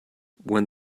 when